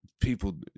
people